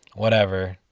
whatever.